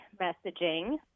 messaging